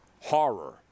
Horror